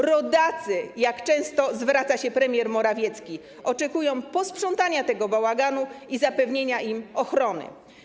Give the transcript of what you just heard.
Rodacy - jak często zwraca się premier Morawiecki - oczekują posprzątania tego bałaganu i zapewnienia im ochrony.